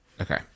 okay